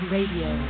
Radio